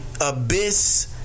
abyss